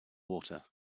water